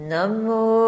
Namu